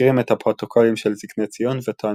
מזכירים את הפרוטוקולים של זקני ציון וטוענים